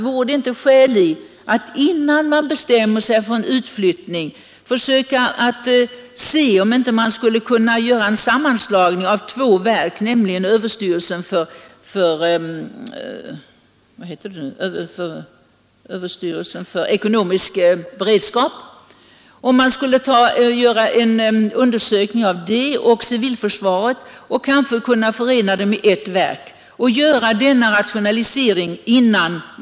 Vore det inte skäl i att — innan man bestämmer sig för en utflyttning — undersöka om man inte skulle kunna göra en sammanslagning av två verk, nämligen överstyrelsen för ekonomiskt försvar och civilförsvarsstyrelsen, till ett verk? Det skulle innebära en rationalisering.